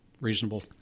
reasonable